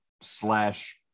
slash